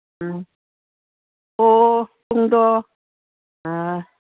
ꯎꯝ ꯑꯣ ꯄꯨꯡꯗꯣ